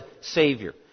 Savior